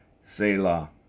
Selah